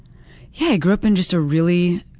yeah, grew up in just a really,